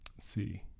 see